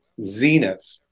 zenith